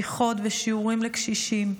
שיחות ושיעורים לקשישים,